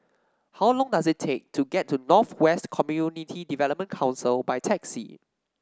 how long does it take to get to North West Community Development Council by taxi